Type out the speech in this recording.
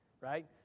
right